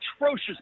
atrocious